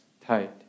tight